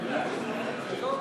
טוב.